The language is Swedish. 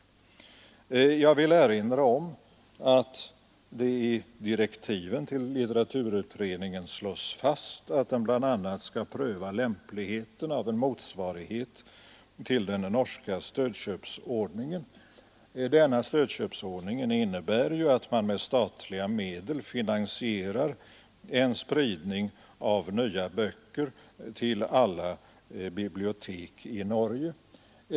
Jag vill erinra om att det i direktiven till litteraturutredningen slås fast att den bl.a. skall pröva lämpligheten av en motsvarighet till den norska stödköpsordningen. Denna innebär att man med statliga medel finansierar en spridning av nya böcker till alla bibliotek i Norge.